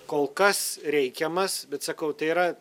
kol kas reikiamas bet sakau tai yra